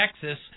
Texas